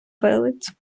вилиць